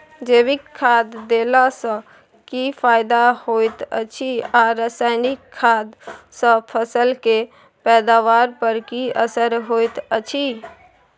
जैविक खाद देला सॅ की फायदा होयत अछि आ रसायनिक खाद सॅ फसल के पैदावार पर की असर होयत अछि?